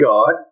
God